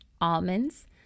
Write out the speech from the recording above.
almonds